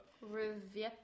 Review